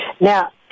Now